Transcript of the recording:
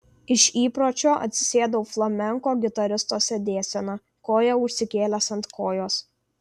iš įpročio atsisėdau flamenko gitaristo sėdėsena koją užsikėlęs ant kojos